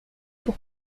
pour